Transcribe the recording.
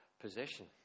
Possession